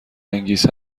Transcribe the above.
انگیز